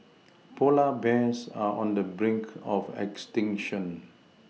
polar bears are on the brink of extinction